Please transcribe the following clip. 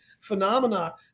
phenomena